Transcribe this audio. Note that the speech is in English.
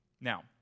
Now